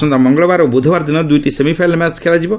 ଆସନ୍ତା ମଙ୍ଗଳବାର ଏବଂ ବୁଧବାର ଦିନ ଦୁଇଟି ସେମିଫାଇନାଲ୍ ମ୍ୟାଚ୍ ଖେଳାଯିବ